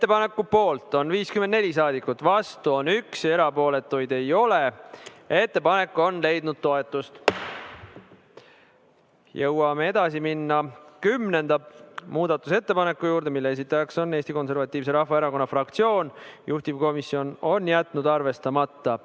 Ettepaneku poolt on 54 saadikut, vastu 1 ja erapooletuid ei ole. Ettepanek on leidnud toetust. Saame minna kümnenda muudatusettepaneku juurde, mille esitaja on Eesti Konservatiivse Rahvaerakonna fraktsioon. Juhtivkomisjon on jätnud arvestamata.